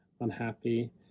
unhappy